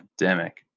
pandemic